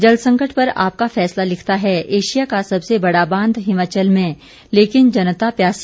जल संकट पर आपका फैसला लिखता है एशिया का सबसे बड़ा बांध हिमाचल में लेकिन जनता प्यासी